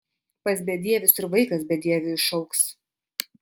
pas bedievius ir vaikas bedieviu išaugs